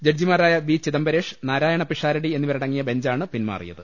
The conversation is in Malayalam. ജഡ്ജിമാരായ വി ചിദംബരേഷ് നാരായണ പിഷാ രടി എന്നിവരടങ്ങിയ ബെഞ്ചാണ് പിൻമാറിയത്